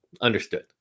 Understood